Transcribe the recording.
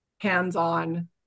hands-on